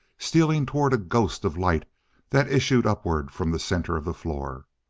stealing toward a ghost of light that issued upward from the center of the floor.